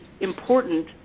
important